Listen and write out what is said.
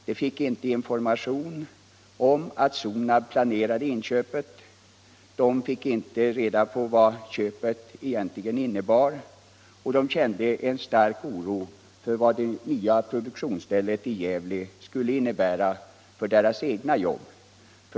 De fick inte information = om att Sonab planerade inköpet, de fick inte reda på vad köpet egentligen - Om sysselsättningen innebar och de kände stark oro för vad det nya produktionsstället i vid Sonabs anlägg Gävle skulle komma att innebära för deras egna jobb.